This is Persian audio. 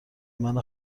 منو